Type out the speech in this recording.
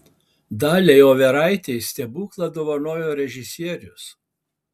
daliai overaitei stebuklą dovanojo režisierius